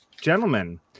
gentlemen